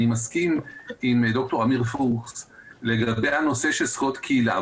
אני מסכים עם ד"ר עמיר פוקס לגבי הנושא של זכויות קהילה,